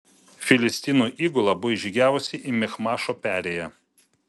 filistinų įgula buvo įžygiavusi į michmašo perėją